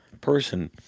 person